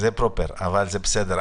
זה בסדר,